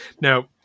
Now